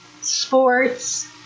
sports